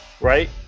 right